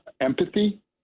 empathy